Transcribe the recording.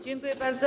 Dziękuję bardzo.